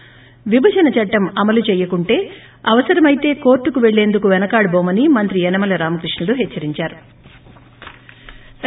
ి విభజన చట్టం అమలు చేయకుంటే అవసరమైతే కోర్టుకు వెళ్లేందుకు వెనుకాడబోమని మంత్రి యనమల రామకృష్ణుడు హెచ్చరించారు